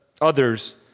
others